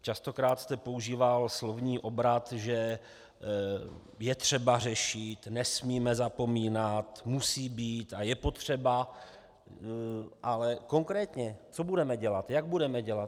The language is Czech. Častokrát jste používal slovní obrat, že je třeba řešit, nesmíme zapomínat, musí být a je potřeba ale konkrétně: co budeme dělat, jak budeme dělat?